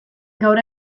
gaur